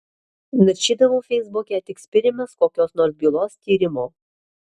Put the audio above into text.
naršydavau feisbuke tik spiriamas kokios nors bylos tyrimo